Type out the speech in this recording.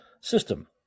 system